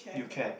you can